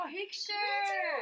picture